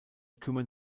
kümmern